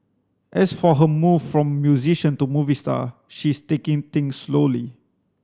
as for her move from musician to movie star she is taking things slowly